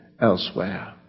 elsewhere